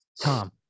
Tom